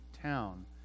town